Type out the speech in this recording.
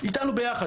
איתנו ביחד,